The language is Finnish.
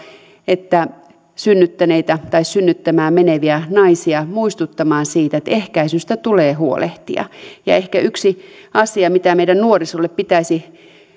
että synnyttäneitä tai synnyttämään meneviä naisia muistuttaa siitä että ehkäisystä tulee huolehtia ehkä yksi asia mitä meidän nuorisolle pitäisi